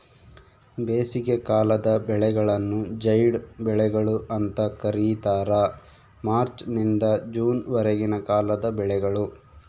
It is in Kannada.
ಬೇಸಿಗೆಕಾಲದ ಬೆಳೆಗಳನ್ನು ಜೈಡ್ ಬೆಳೆಗಳು ಅಂತ ಕರೀತಾರ ಮಾರ್ಚ್ ನಿಂದ ಜೂನ್ ವರೆಗಿನ ಕಾಲದ ಬೆಳೆಗಳು